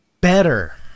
better